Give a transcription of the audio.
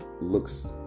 looks